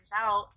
out